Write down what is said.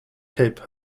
cape